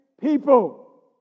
people